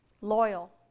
Loyal